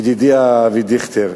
ידידי אבי דיכטר,